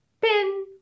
Pin